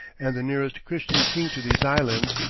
and the nearest christian king to these islands,